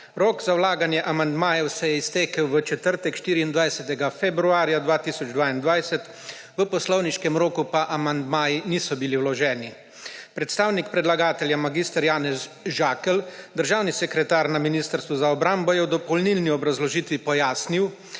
Rok za vlaganje amandmajev se je iztekel v četrtek, 24. februarja 2022. V poslovniškem roku pa amandmaji niso bili vloženi. Predstavnik predlagatelja mag. Janez Žakelj, državni sekretar Ministrstva za obrambo, je v dopolnilni obrazložitvi pojasnil,